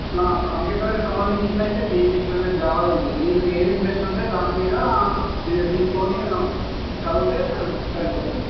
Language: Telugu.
కంప్యూటర్కి సంబంధించినందయితే సిఈసి ఉంది జావా ఉంది మీకు ఏది ఇంట్రెస్ట్ ఉంటే దానిమీద తీసుకొని చదివితే సరిపోతుంది